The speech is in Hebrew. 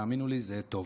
תאמינו לי, זה טוב.